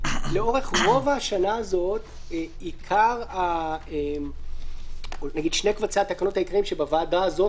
לאורך רוב השנה הזאת שני קובצי התקנות העיקריים שטופלו בוועדה הזאת